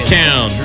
town